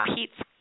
Pete's